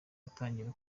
atangira